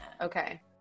Okay